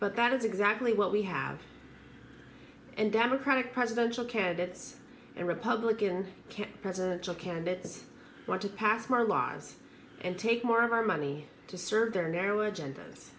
but that is exactly what we have and democratic presidential candidates and republican can presidential candidates want to pass more laws and take more of our money to serve their narrow agend